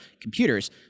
computers